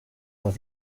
dos